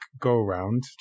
go-around